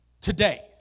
today